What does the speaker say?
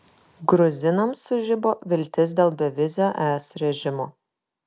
gruzinams sužibo viltis dėl bevizio es režimo